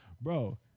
bro